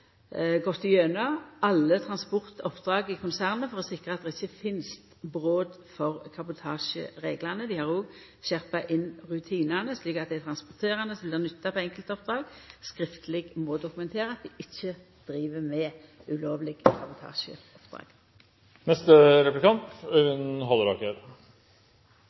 gått gjennom alle transportoppdrag i konsernet for å sikra at det ikkje finst brot på kabotasjereglane. Dei har òg skjerpa inn rutinane, slik at dei transporterande som blir nytta på enkeltoppdrag, skriftleg må dokumentera at dei ikkje driv med ulovleg kabotasjeoppdrag. Det er